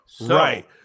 Right